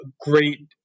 great